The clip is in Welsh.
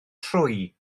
trwy